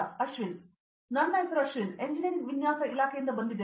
ಅಶ್ವಿನ್ ನನ್ನ ಹೆಸರು ಅಶ್ವಿನ್ ನಾನು ಎಂಜಿನಿಯರಿಂಗ್ ವಿನ್ಯಾಸ ಇಲಾಖೆಯಿಂದ ಬಂದಿದ್ದೇನೆ